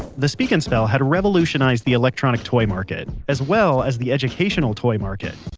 the speak and spell had revolutionized the electronic toy market as well as the educational toy market.